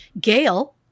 Gail